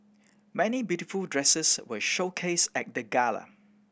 many beautiful dresses were showcased at the gala